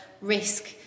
risk